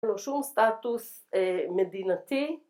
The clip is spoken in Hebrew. ‫לא שום סטטוס מדינתי.